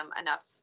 enough